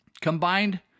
combined